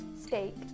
steak